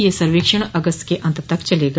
यह सर्वेक्षण अगस्त के अंत तक चलेगा